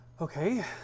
Okay